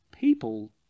people